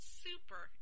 super